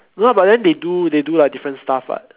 no but then they do they do like different stuff what